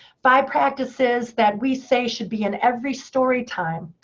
five practices that we say should be in every story time.